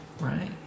Right